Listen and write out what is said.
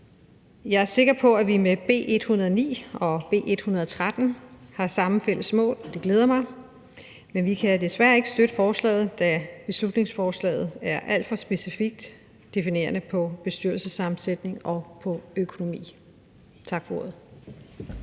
Jeg er sikker på, at vi med B 109 og B 113 har samme fælles mål, og det glæder mig, men vi kan desværre ikke støtte forslaget, da beslutningsforslaget er alt for specifikt definerende i forhold til bestyrelsessammensætning og økonomi. Tak for ordet.